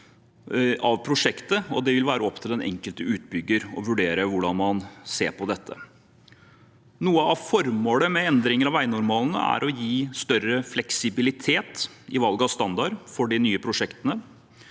det vil være opp til den enkelte utbygger å vurdere hvordan man ser på dette. Noe av formålet med endringer av veinormalene er å gi større fleksibilitet i valg av standard for de nye prosjektene.